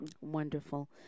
Wonderful